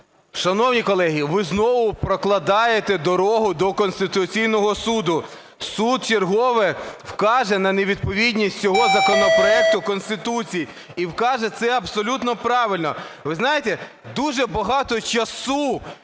Шановні колеги, ви знову прокладаєте дорогу до Конституційного Суду. Суд вчергове вкаже на невідповідність цього законопроекту Конституції, і вкаже це абсолютно правильно. Ви знаєте, дуже багато часу